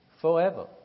forever